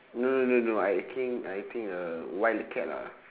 no no no no I think I think uh wildcat lah